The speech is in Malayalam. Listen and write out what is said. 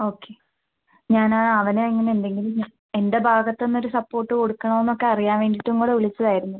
ഓക്കെ ഞാൻ അവന് ഇങ്ങനെ എന്തെങ്കിലും എൻ്റെ ഭാഗത്തു നിന്നൊരു സപ്പോർട്ട് കൊടുക്കണമോ എന്നൊക്കെ അറിയാൻ വേണ്ടിയിട്ടും കൂടെ വിളിച്ചതായിരുന്നു